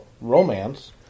romance